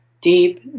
deep